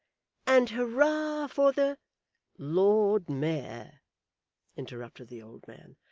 and hurrah for the lord mayor interrupted the old man.